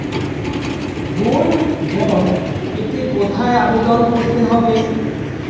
Gold bond পেতে কোথায় আবেদন করতে হবে?